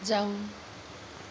जाऊ